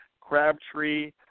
Crabtree